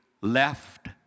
left